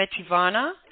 Metivana